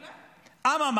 מעולה.